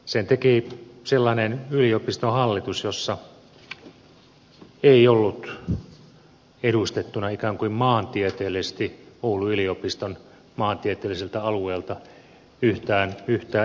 sen teki sellainen yliopiston hallitus jossa ei ollut edustettuna ikään kuin maantieteellisesti oulun yliopiston maantieteelliseltä alueelta yhtään edustajaa